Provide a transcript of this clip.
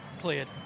Cleared